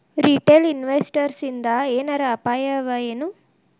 Retail ಇನ್ವೆಸ್ಟರ್ಸಿಂದಾ ಏನರ ಅಪಾಯವಎನು?